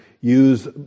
use